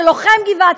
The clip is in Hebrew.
אני מבקשת שלא יפריע לי.